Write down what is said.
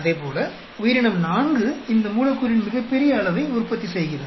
இதேபோல் உயிரினம் நான்கு இந்த மூலக்கூறின் மிகப்பெரிய அளவை உற்பத்தி செய்கிறது